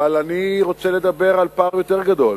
אבל אני רוצה לדבר על פן יותר גדול.